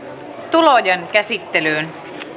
tulojen käsittelyyn